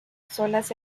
solas